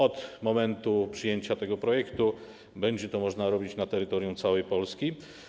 Od momentu przyjęcia tego projektu będzie można to robić na terytorium całej Polski.